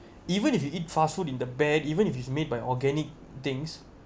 even if you eat fast food in the bad even if it's made by organic things